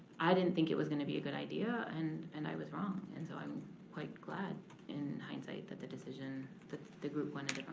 i didn't think it was gonna be a good idea and and i was wrong. and so i'm quite glad in hindsight that the decision, that the group wanted